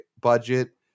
budget